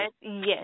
yes